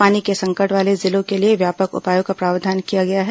पानी के संकट वाले जिलों के लिए व्यापक उपायों का प्रावधान किया गया है